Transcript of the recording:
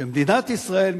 שמדינת ישראל,